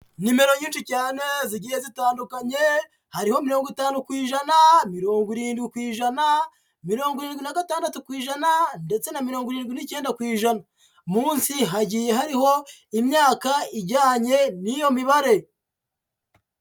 Nimero nyinshi cyane zigiye zitandukanye hariho mirongo itanu kw'ijana, mirongo irindwi ku ijana, mirongo irindwi na gatandatu ku ijana, ndetse na mirongo irindwi n'icyenda ku ijana. Munsi hagiye hariho imyaka ijyanye n'iyo mibare.